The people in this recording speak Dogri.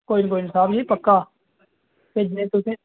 कोई नी कोई नी साह्ब जी पक्का भेजने